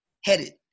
headed